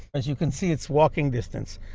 as you can see it's walking distance.